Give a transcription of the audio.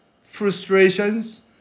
frustrations